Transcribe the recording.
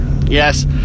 Yes